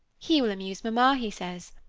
he will amuse mamma, he says.